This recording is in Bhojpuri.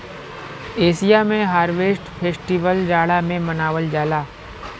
एसिया में हार्वेस्ट फेस्टिवल जाड़ा में मनावल जाला